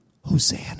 Hosanna